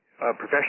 professional